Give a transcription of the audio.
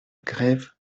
grève